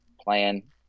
playing